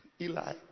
Eli